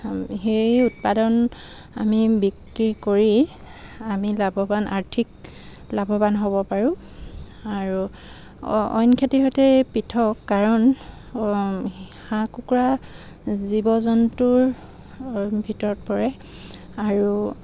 সেই উৎপাদন আমি বিক্ৰী কৰি আমি লাভৱান আৰ্থিক লাভৱান হ'ব পাৰোঁ আৰু অইন খেতিৰ সৈতে পৃথক কাৰণ হাঁহ কুকুৰা জীৱ জন্তুৰ ভিতৰত পৰে আৰু